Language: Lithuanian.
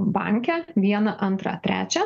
banke vieną antrą trečią